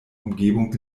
umgebung